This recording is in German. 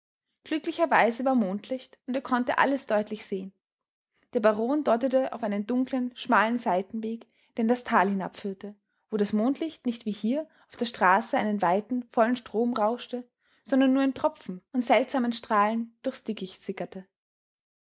glücklicherweise war mondlicht und er konnte alles deutlich sehen der baron deutete auf einen dunklen schmalen seitenweg der in das tal hinabführte wo das mondlicht nicht wie hier auf der straße einen weiten vollen strom rauschte sondern nur in tropfen und seltsamen strahlen durchs dickicht sickerte